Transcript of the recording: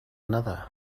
another